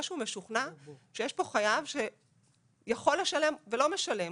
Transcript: שהוא משוכנע שיש פה חייב שיכול לשלם ולא משלם,